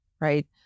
right